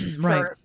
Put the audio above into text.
Right